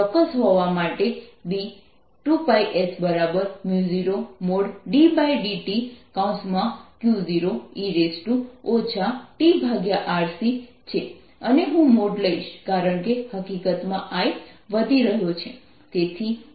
તેથી આ ચોક્કસ હોવા માટે B 2πs0ddt Q0e tRC છે અને હું મોડ લઈશ કારણ કે હકીકતમાં I વધી રહ્યો છે